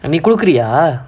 நீ குடுக்கிறியா:nee kudukkiriyaa